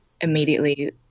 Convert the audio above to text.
immediately